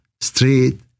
straight